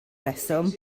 reswm